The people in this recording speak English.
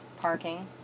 Parking